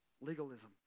Legalism